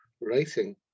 writing